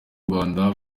rwanda